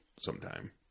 sometime